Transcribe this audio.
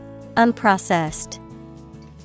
Unprocessed